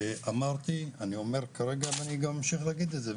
אמרתי אני אומר כרגע ואני אמשיך להגיד את זה,